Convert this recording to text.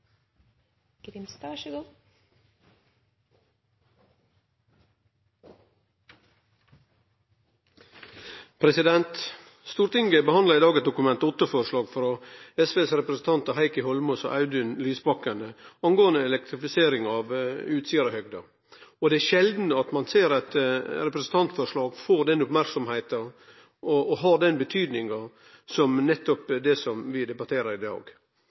Stortinget behandlar i dag eit Dokument 8-forslag frå SVs representantar Heikki Eidsvoll Holmås og Audun Lysbakken om elektrifisering av Utsirahøgda. Det er sjeldan at ein ser at eit representantforslag får den merksemda og har den betydninga som nettopp det vi debatterer i dag.